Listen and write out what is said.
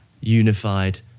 unified